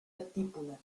estípulas